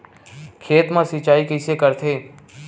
खेत मा सिंचाई कइसे करथे?